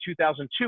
2002